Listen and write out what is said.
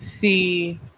see